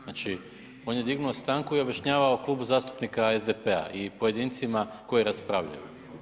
Znači, on je dignuo stanku i objašnjavao Klubu zastupnika SDP-a i pojedincima koji raspravljaju.